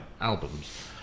albums